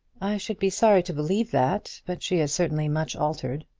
should be sorry to believe that but she is certainly much altered.